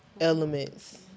elements